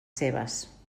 seves